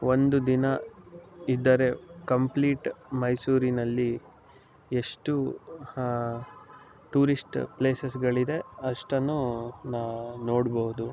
ಒಂದು ದಿನ ಇದ್ದರೆ ಕಂಪ್ಲೀಟ್ ಮೈಸೂರಿನಲ್ಲಿ ಎಷ್ಟು ಹಾಂ ಟೂರಿಶ್ಟ್ ಪ್ಲೇಸಸ್ಗಳಿದೆ ಅಷ್ಟನ್ನೂ ನಾವು ನೋಡ್ಬವ್ದು